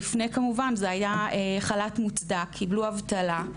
לפני, כמובן זה היה חל"ת מוצדק, קיבלו אבטלה.